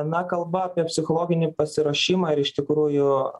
na kalba apie psichologinį pasiruošimą ir iš tikrųjų